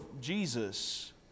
Jesus